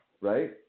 right